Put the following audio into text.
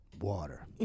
Water